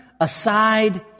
aside